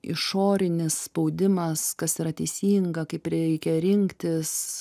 išorinis spaudimas kas yra teisinga kaip reikia rinktis